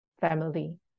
family